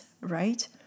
right